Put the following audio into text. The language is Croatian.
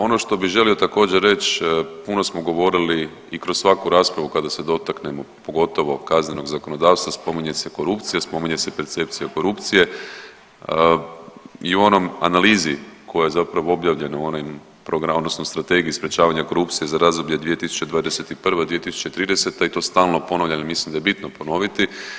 Ono što bi želio također reć puno smo govorili i kroz svaku raspravu kada se dotaknemo pogotovo kaznenog zakonodavstva spominje se korupcija, spominje se percepcija korupcije i u onoj analizi koja je zapravo objavljena u onim odnosno Strategiji sprječavanja korupcije za razdoblje 2021.-2030. i to stalno ponavljam jel mislim da je bitno ponoviti.